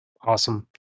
awesome